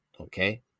okay